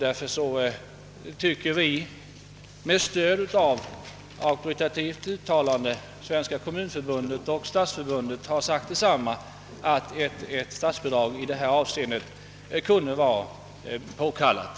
Därför tycker vi — och Kommunförbundet och Stadsförbundet har i sina auktoritativa uttalanden sagt detsamma — att ett statsbidrag i detta fall kunde vara påkallat.